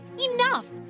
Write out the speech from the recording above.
enough